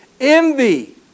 envy